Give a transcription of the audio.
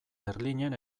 berlinen